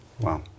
Wow